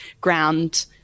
ground